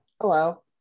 hello